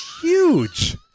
huge